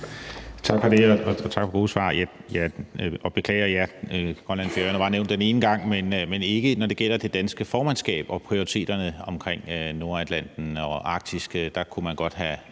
Bach (RV): Tak for det. Grønland og Færøerne var nævnt den ene gang – men ikke, når det gælder det danske formandskab og prioriteterne omkring Nordatlanten og Arktis. Der kunne man godt have